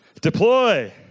Deploy